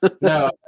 no